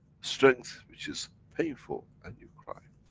strength which is painful and you cry.